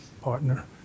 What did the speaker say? partner